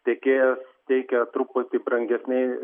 tiekėjas teikia truputį brangesni